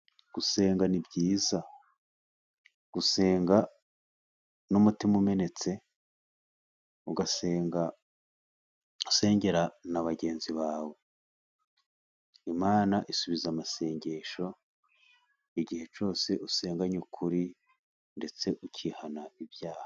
Gusenga ni byiza, gusenga n'umutima umenetse, ugasenga usengera na bagenzi bawe, Imana isubiza amasengesho igihe cyose usenganye ukuri, ndetse ukihana ibyaha.